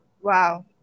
wow